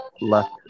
left